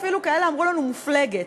אולי, אפילו אמרו לנו, מופלגת.